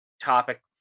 topic